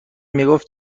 میگفت